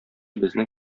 безнең